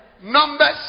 Numbers